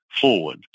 forward